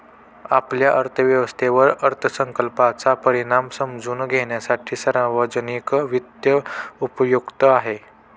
आपल्या अर्थव्यवस्थेवर अर्थसंकल्पाचा परिणाम समजून घेण्यासाठी सार्वजनिक वित्त उपयुक्त आहे